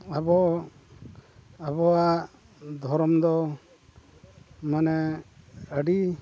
ᱟᱵᱚ ᱟᱵᱚᱣᱟᱜ ᱫᱷᱚᱨᱚᱢ ᱫᱚ ᱢᱟᱱᱮ ᱟᱹᱰᱤ